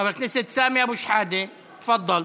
חבר הכנסת סמי אבו שחאדה, תפדל.